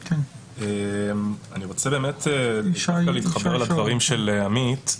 אני רוצה באמת להתחבר לדברים של עמית.